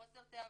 חוסר תיאבון,